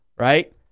Right